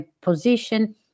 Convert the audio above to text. position